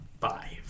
five